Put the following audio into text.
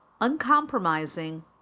uncompromising